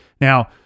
Now